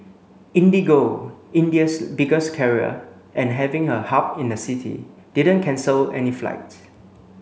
IndiGo India's biggest carrier and having a hub in the city didn't cancel any flights